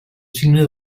signe